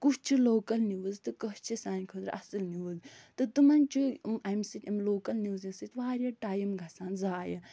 کُس چھِ local news تہٕ کۄس چھےٚ سانہِ خٲطرٕ اَصٕل نِوٕز تہٕ تِمَن چھِ اَمہِ سۭتۍ اَمہِ لوکَل نِوٕزِ سۭتۍ واریاہ ٹایَم گژھان زایہِ